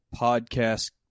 podcast